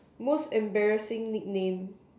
most embarrassing nickname